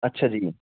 ਅੱਛਾ ਜੀ